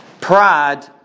Pride